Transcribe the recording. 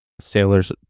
Sailors